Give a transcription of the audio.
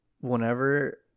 whenever